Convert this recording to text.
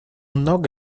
много